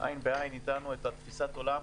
עין בעין אתנו את תפיסת העולם,